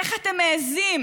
איך אתם מעיזים